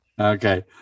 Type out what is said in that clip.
Okay